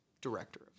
director